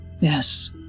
yes